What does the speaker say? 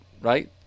right